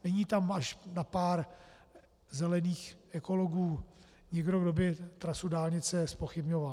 Není tam až na pár zelených ekologů nikdo, kdo by trasu dálnice zpochybňoval.